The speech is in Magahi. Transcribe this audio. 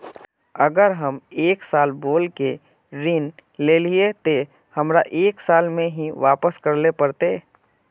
अगर हम एक साल बोल के ऋण लालिये ते हमरा एक साल में ही वापस करले पड़ते?